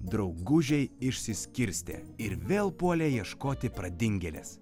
draugužiai išsiskirstė ir vėl puolė ieškoti pradingėlės